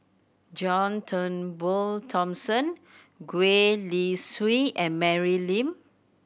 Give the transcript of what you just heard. John Turnbull Thomson Gwee Li Sui and Mary Lim